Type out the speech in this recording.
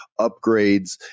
upgrades